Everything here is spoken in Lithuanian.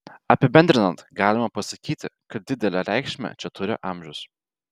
apibendrinant galima pasakyti kad didelę reikšmę čia turi amžius